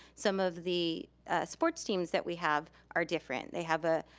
some of the sports teams that we have are different. they have a